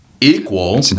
equal